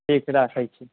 ठीक राखै छी